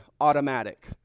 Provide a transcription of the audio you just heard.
automatic